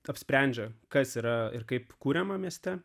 apsprendžia kas yra ir kaip kuriama mieste